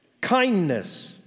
Kindness